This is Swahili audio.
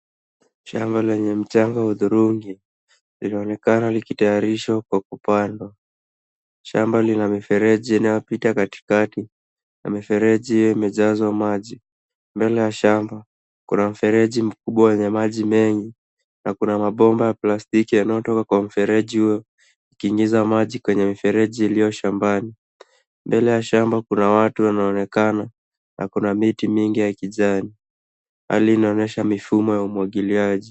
Shamba lenye mchanga wa hudhurungi linaonekana likitayarishwa kwa kupandwa. Shamba lina mifereji inayopita katikati na mifereji iyo imejazwa maji. Mbele ya shamba kuna mfereji mkubwa wenye maji mengi na kuna mabomba ya plastiki yanayotoka kwa mfereji huo ukiingiza maji kwenye mifereji iliyo shambani. Mbele ya shamba kuna watu wanaoonekana na kuna miti mingi ya kijani. Hali inaonyesha mifumo ya umwagiliaji.